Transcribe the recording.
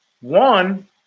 one